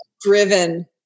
Driven